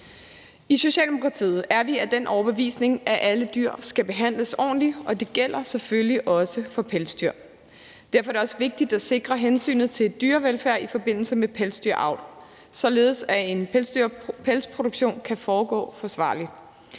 I Socialdemokratiet er vi af den overbevisning, at alle dyr skal behandles ordentligt, og det gælder selvfølgelig også for pelsdyr. Derfor er det også vigtigt at sikre hensynet til dyrevelfærd i forbindelse med pelsdyravl, således at en pelsproduktion kan foregå forsvarligt.